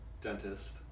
Dentist